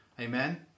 Amen